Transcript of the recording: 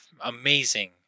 amazing